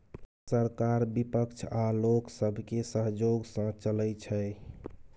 सरकार बिपक्ष आ लोक सबके सहजोग सँ चलइ छै